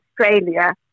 Australia